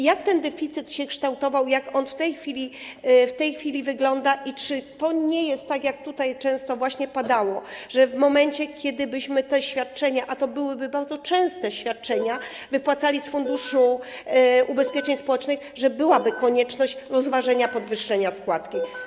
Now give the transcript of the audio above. Jak ten deficyt się kształtował, jak on w tej chwili wygląda i czy to nie jest tak, jak tutaj często podawano, że w momencie gdybyśmy te świadczenia - a to byłyby bardzo częste świadczenia - wypłacali z Funduszu Ubezpieczeń Społecznych, pojawiłaby się konieczność rozważenia podwyższenia składki?